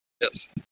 Yes